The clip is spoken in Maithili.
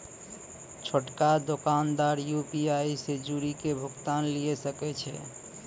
छोटका दोकानदार यू.पी.आई से जुड़ि के भुगतान लिये सकै छै